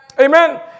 Amen